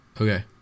Okay